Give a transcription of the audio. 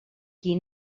qui